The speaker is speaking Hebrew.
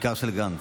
בעיקר של גנץ.